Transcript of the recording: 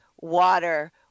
water